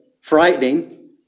frightening